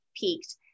peaked